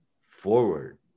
forward